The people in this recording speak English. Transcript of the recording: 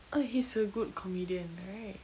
oh he's a good comedian right